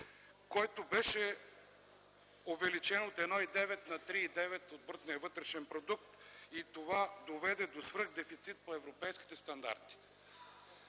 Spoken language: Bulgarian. който беше увеличен от 1,9 на 3,9% от брутния вътрешен продукт, и това доведе до свръхдефицит по европейските стандарти.